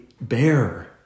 bear